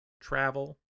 travel